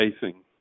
facing